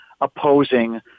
opposing